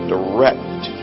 Direct